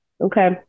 okay